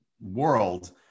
world